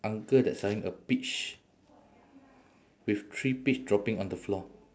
uncle that's selling a peach with three peach dropping on the floor